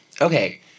Okay